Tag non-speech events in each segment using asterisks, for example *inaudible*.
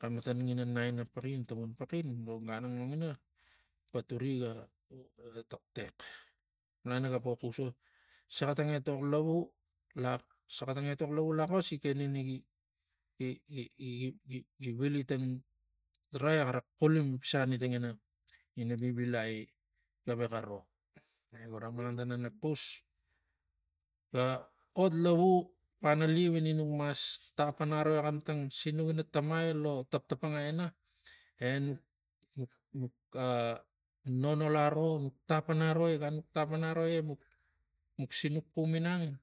Xematan ngina naina paxin tavan lo ganang longina paturiga ga *hesitation* tatex malan naga po xus vo saxa tang etok lavu saxa tang etok lavu laxos gi ken ini gi- gi gi- gi vili tang *unintelligible* xarxulim pisani tangina vivilai gavexa ro. E gura malan tana nak xus ga ot lavu panaliu ini nuk mas tapaniro xamtang sinuk ina tamai lo taptapangai ina enuk nuk- nuk *hesitation* nonol aro nuk tapangaroi gan nuk tapanaroi muk sinuk xum ginang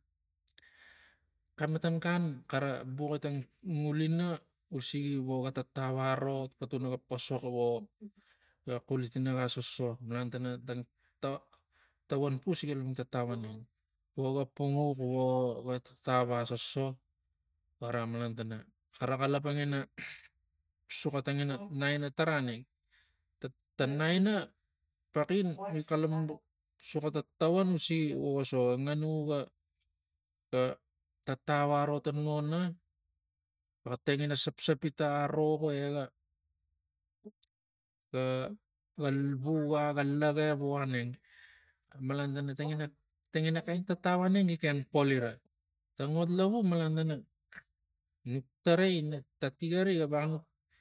xematan gan xara buxi tang ngulina usigi vo ga tatau aro tang ta tavan pus riga xalapang tatau aneng vo ga pungux vo gat tatau asoso gava malan tana xara xalapang *noise* ina suxa tangina naina tara aneng. Ta- ta naina paxin rik xalapang bux suxa tatavuan usigi vo ga so ga nganu ga tatau aro ta nona ga tengina sapsapit aro vo ega- ga voga ga vuga ga laga vo ga aneng malan tana tangina tangina tatau aneng gi ken polirata ngot lavu malan tana nuk tarai ta tigari ga